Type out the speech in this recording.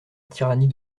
tyrannie